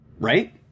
Right